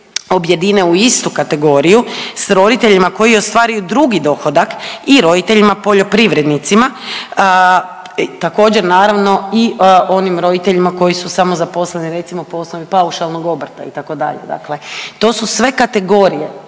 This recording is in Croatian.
objedine u istu kategoriju s roditeljima koji ostvaruju drugi dohodak i roditeljima poljoprivrednicima također naravno i onim roditeljima koji su samozaposleni recimo po osnovi paušalnog obrta itd. Dakle, to su sve kategorije